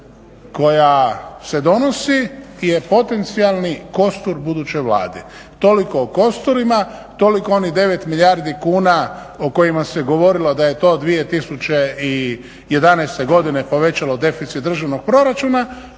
koja se donosi je potencijalni kostur budućoj Vladi. Toliko o kosturima, toliko o onih 9 milijardi kuna o kojima se govorilo da je to 2011. godine povećalo deficit državnog proračuna.